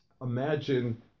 Imagine